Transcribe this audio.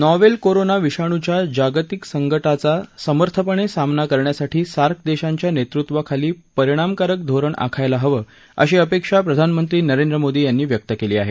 novel corona विषाणूच्या जागतिक संकाचा समर्थपणे सामना करण्यासाठी सार्क देशांच्या नेतृत्वाखाली परिणामकारक धोरण आखायला हवं अशी अपेक्षा प्रधानमंत्री नरेंद्र मोदी यांनी व्यक्त केली आहे